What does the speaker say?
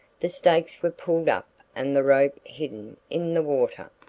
the stakes were pulled up and the rope hidden in the water.